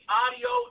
audio